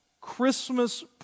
Christmas